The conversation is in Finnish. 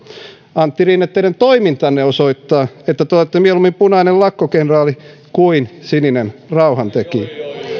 antti rinne teidän toimintanne osoittaa että te olette mieluummin punainen lakkokenraali kuin sininen rauhantekijä